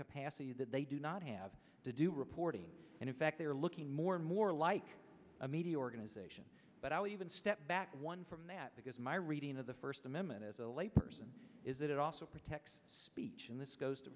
capacity that they do not have to do reporting and in fact they are looking more and more like a media organization but i'll even step back one from that because my reading of the first amendment as a lay person is that it also protects speech and this goes to